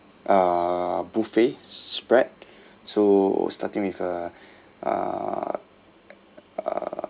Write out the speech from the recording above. uh buffet spread so starting with uh uh uh